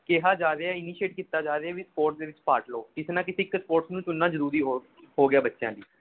ਕਿਹਾ ਜਾ ਰਿਹਾ ਇਨੀਸ਼ਏਟ ਕੀਤਾ ਜਾ ਰਿਹਾ ਵੀ ਸਪੋਰਟ ਦੇ ਵਿੱਚ ਪਾਟ ਲਓ ਕਿਤੇ ਨਾ ਕਿਤੇ ਇੱਕ ਸਪੋਰਟਸ ਨੂੰ ਚੁਣਨਾ ਜ਼ਰੂਰੀ ਹੋ ਹੋ ਗਿਆ ਬੱਚਿਆਂ ਲਈ